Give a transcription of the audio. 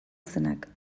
zenak